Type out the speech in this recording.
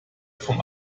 von